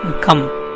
come